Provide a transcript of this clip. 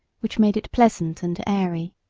which made it pleasant and airy.